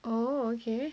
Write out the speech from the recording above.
oh okay